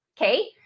okay